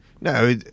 No